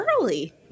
early